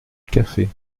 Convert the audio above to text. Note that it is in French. café